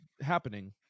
happening